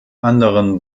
anderen